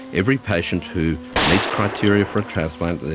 every patient who meets criteria for a transplant,